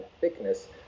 thickness